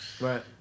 Right